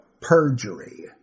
perjury